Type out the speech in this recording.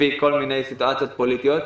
לפי כל מיני סיטואציות פוליטיות,